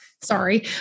Sorry